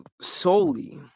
solely